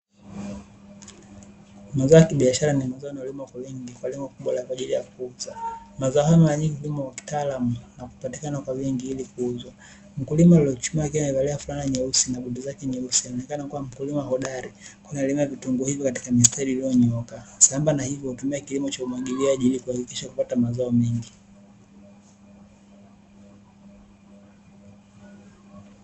Mazao ya kibiashara ni mazao yanayolimwa kwa wingi, kwa lengo kubwa kwa ajili ya kuuza. Mazao haya mara nyingi hulimwa kwa kitaalamu na kupatikana kwa wingi ili kuuzwa. Mkulima aliyechuma akiwa amevalia; fulana nyeusi na buti zake nyeusi, anaonekana kuwa mkulima hodari, kwani analima vitunguu hivyo katika mistari iliyonyoka, sambamba na hivyo hutumia kilimo cha umwagiliaji ili kuhakikisha kupata mazao mengi.